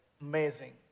amazing